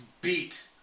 beat